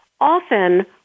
Often